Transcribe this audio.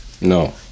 No